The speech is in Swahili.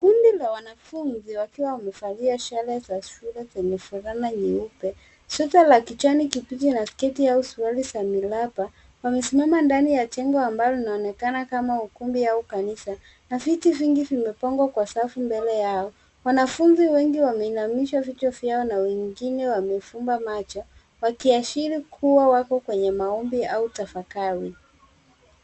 Kundi la wanafunzi wakiwa wamevaa sare za shule zenye fulana nyeupe, sweta la kijani kibichi na sketi au suruali za miraba wamesimama ndani ya jengo ambalo linaoonekana kama ukumbi au kanisa na viti vingi vimepangwa kwa safu mbele yao. Wanafunzi wengi wameinamisha vichwa vyao na wengine wamefumba macho wakiashiri kuwa wako kwenye maombi au tafakari.